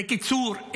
בקיצור,